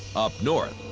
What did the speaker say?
up north.